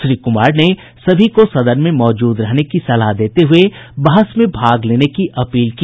श्री कुमार ने सभी को सदन में मौजूद रहने की सलाह देते हुये बहस में भाग लेने की अपील की